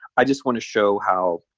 i just want to show how.